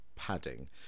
padding